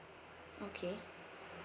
okay